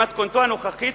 במתכונתו הנוכחית,